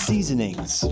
Seasonings